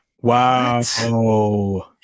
Wow